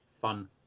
fun